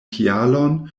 kialon